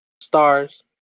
stars